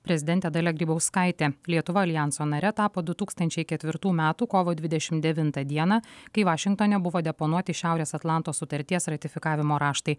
prezidentė dalia grybauskaitė lietuva aljanso nare tapo du tūkstančiai ketvirtų metų kovo dvidešim devintą dieną kai vašingtone buvo deponuoti šiaurės atlanto sutarties ratifikavimo raštai